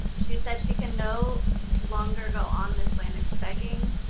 she said she can no longer go on this way and is begging